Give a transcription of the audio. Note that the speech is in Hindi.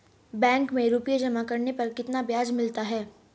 बैंक में रुपये जमा करने पर कितना ब्याज मिलता है?